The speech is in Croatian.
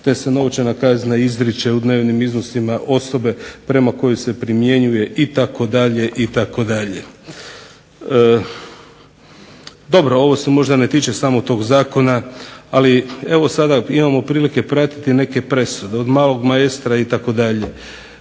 te se novčana kazna izriče u dnevnim iznosima osobe prema kojoj se primjenjuje itd. Dobro, ovo se možda ne tiče samo tog zakona ali sada imamo prilike pratiti neke presude od malog Maestra itd.